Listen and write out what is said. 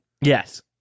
Yes